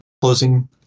closing